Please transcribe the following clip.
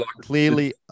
clearly